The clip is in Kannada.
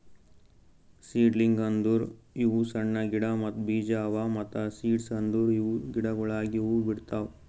ಸೀಡ್ಲಿಂಗ್ಸ್ ಅಂದುರ್ ಇವು ಸಣ್ಣ ಗಿಡ ಮತ್ತ್ ಬೀಜ ಅವಾ ಮತ್ತ ಸೀಡ್ಸ್ ಅಂದುರ್ ಇವು ಗಿಡಗೊಳಾಗಿ ಹೂ ಬಿಡ್ತಾವ್